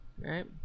right